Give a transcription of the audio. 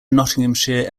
nottinghamshire